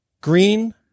Green